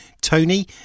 tony